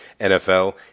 NFL